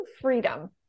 freedom